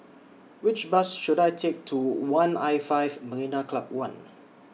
Which Bus should I Take to one L five Marina Club one